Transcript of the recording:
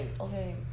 okay